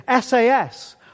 SAS